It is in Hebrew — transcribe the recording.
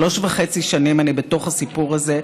שלוש וחצי שנים אני בתוך הסיפור הזה,